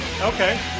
Okay